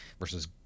versus